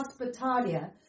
hospitalia